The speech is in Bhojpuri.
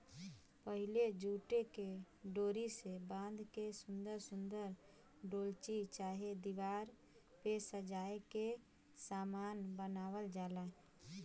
पहिले जूटे के डोरी से बाँध के सुन्दर सुन्दर डोलची चाहे दिवार पे सजाए के सामान बनावल जाला